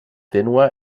tènue